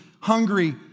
hungry